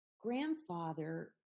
grandfather